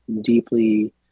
deeply